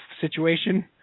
situation